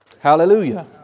Hallelujah